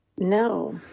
No